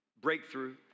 breakthrough